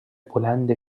بلند